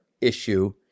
issue